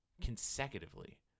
consecutively